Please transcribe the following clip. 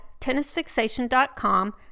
tennisfixation.com